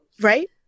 Right